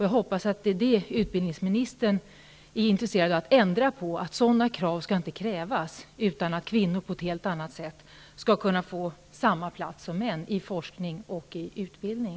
Jag hoppas att utbildningsministern är intresserad av att ändra på att sådana krav ställs så att kvinnor på ett helt annat sätt kan få samma plats som män i forskning och utbildning.